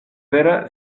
vera